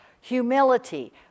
Humility